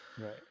Right